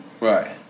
Right